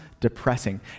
depressing